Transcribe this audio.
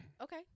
Okay